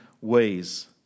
ways